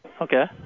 Okay